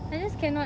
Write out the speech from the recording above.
I just cannot